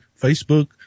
facebook